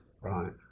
Right